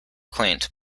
quaint